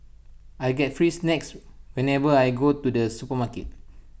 I get free snacks whenever I go to the supermarket